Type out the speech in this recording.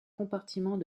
compartiment